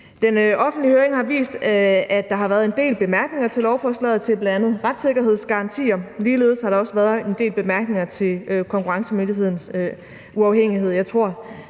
En offentlig høring har vist, at der har været en del bemærkninger til lovforslaget, bl.a. i forhold til retssikkerhedsgarantier. Ligeledes har der været en del bemærkninger til konkurrencemyndighedernes uafhængighed.